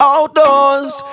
Outdoors